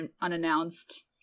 unannounced